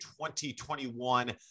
2021